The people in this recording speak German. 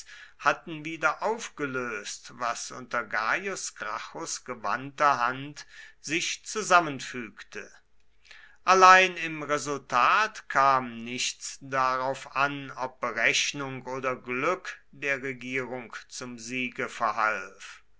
hatten wieder aufgelöst was unter gaius gracchus gewandter hand sich zusammenfügte allein im resultat kam nichts darauf an ob berechnung oder glück der regierung zum siege verhalf